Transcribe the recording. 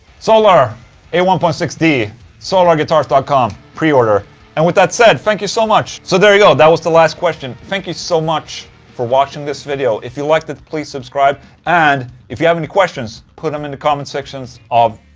solar a one point six d solarguitars ah com, pre-order and with that said, thank you so much. so there you go, that was the last question. thank you so much for watching this video. if you liked it, please subscribe and if you have any questions put them in the comment sections of.